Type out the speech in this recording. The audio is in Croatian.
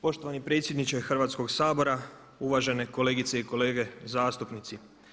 Poštovani predsjedniče Hrvatskog sabora, uvažene kolegice i kolege zastupnici.